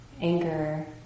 anger